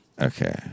Okay